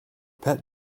pet